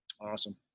Awesome